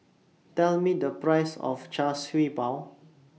Tell Me The Price of Char Siew Bao